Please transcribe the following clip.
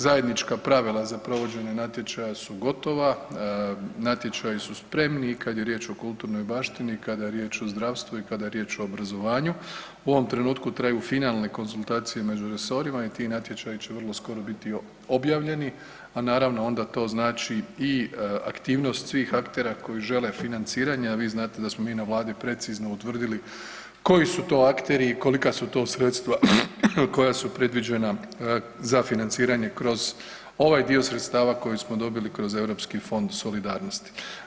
Zajednička pravila za provođenje natječaja su gotova, natječaji su spremni i kad je riječ o kulturnoj baštini i kada je riječ o zdravstvu i kada je riječ o obrazovanju u ovom trenutku traju finalne konzultacije među resorima i ti natječaji će vrlo skoro biti objavljeni, a naravno onda to znači i aktivnost svih aktera koji žele financiranje, a vi znate da smo mi na vladi precizno utvrdili koji su to akteri i kolika su to sredstva koja su predviđena za financiranje kroz ovaj dio sredstava koji smo dobili kroz Europski fond solidarnosti.